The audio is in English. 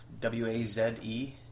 w-a-z-e